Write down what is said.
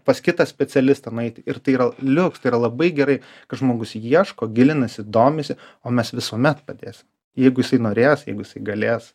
pas kitą specialistą nueiti ir tai yra liuks tai yra labai gerai kad žmogus ieško gilinasi domisi o mes visuomet padėsim jeigu isai norės jeigu isai galės